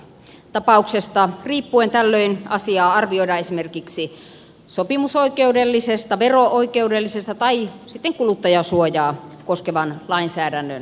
tapauksesta riippuen tällöin asiaa arvioidaan esimerkiksi sopimusoikeudellisesta vero oikeudellisesta tai sitten kuluttajansuojaa koskevan lainsäädännön näkökulmasta